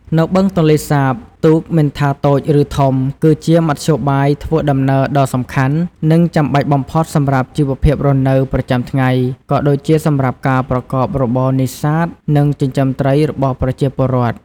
នៅបឹងទន្លេសាប ទូក មិនថាតូចឬធំ គឺជាមធ្យោបាយធ្វើដំណើរដ៏សំខាន់ និងចាំបាច់បំផុតសម្រាប់ជីវភាពរស់នៅប្រចាំថ្ងៃ ក៏ដូចជាសម្រាប់ការប្រកបរបរនេសាទ និងចិញ្ចឹមត្រីរបស់ប្រជាពលរដ្ឋ។